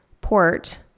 Port